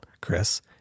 Chris